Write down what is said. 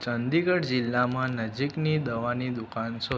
ચંદીગઢ જિલ્લામાં નજીકની દવાની દુકાન શોધો